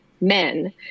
men